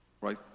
Right